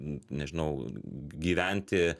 nežinau gyventi